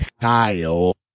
Kyle